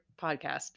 podcast